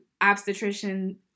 obstetrician